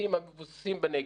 מהשבטים המבוססים בנגב.